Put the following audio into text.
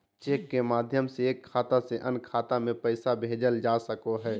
cheque के माध्यम से एक खाता से अन्य खाता में पैसा भेजल जा सको हय